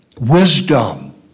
Wisdom